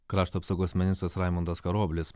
krašto apsaugos ministras raimundas karoblis